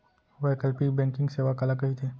वैकल्पिक बैंकिंग सेवा काला कहिथे?